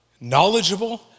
knowledgeable